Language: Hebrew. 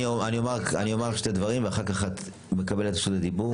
אני אומר שני דברים ואחר כך את מקבלת את רשות הדיבור.